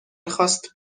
میخواست